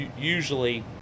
usually